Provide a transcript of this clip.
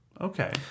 okay